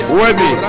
worthy